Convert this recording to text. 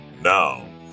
Now